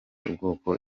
ubwoko